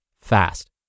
fast